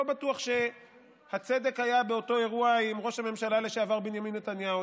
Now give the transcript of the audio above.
אני לא בטוח שהצדק היה באותו אירוע עם ראש הממשלה לשעבר בנימין נתניהו,